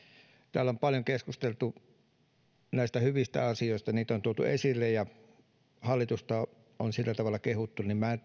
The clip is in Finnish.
täällä on paljon keskusteltu näistä hyvistä asioista niitä on tuotu esille ja hallitusta on sillä tavalla kehuttu joten minä en